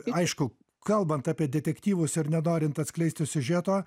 aišku kalbant apie detektyvus ir nenorint atskleisti siužeto